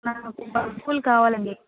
నాక్ బంతి పూలు కావాలండీ